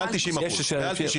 למי שיש ילדים זה לא בסל.